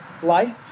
life